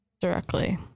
directly